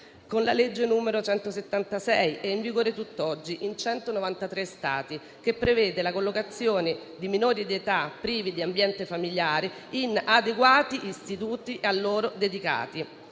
con la legge n. 176, in vigore tutt'oggi in 193 Stati, che prevede la collocazione di minori di età, privi di ambiente familiare, in adeguati istituti a loro dedicati.